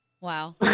Wow